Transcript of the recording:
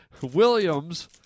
Williams